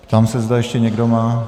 Ptám se, zda ještě někdo má...